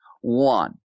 One